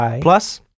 plus